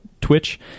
twitch